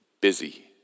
Busy